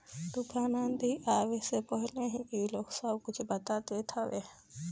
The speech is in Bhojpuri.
तूफ़ान आंधी आवला के पहिले ही इ लोग सब कुछ बता देत हवे